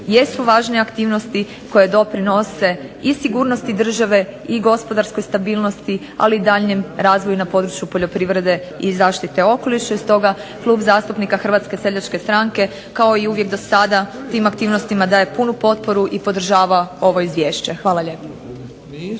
jesu važne aktivnosti koje doprinose i sigurnosti države i gospodarskoj stabilnosti, ali i daljnjem razvoju na području poljoprivrede i zaštite okoliša. I stoga Klub zastupnika Hrvatske seljačke stranke, kao i uvijek do sada, tim aktivnostima daje punu potporu i podržava ovo izvješće. Hvala lijepo.